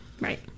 Right